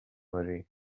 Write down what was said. marie